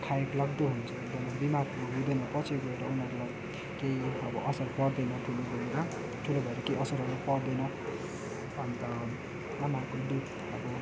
खाएको लाग्दो हुन्छ एरकदमै बिमार हुँदैन पछि गएर उनीहरूलाई केही अब असर पर्दैन ठुलो भएर ठुलो भएर केही असरहरू पर्दैन अन्त आमाको दुध अब